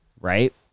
right